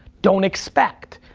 don't expect.